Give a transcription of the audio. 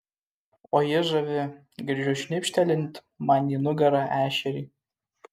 o ji žavi girdžiu šnipštelint man į nugarą ešerį